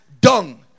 dung